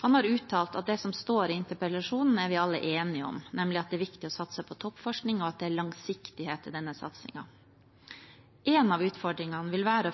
Han har uttalt at det som står i interpellasjonen, er vi alle enige om, nemlig at det er viktig å satse på toppforskning, og at det er langsiktighet i denne satsingen. Én av utfordringene vil være